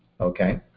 Okay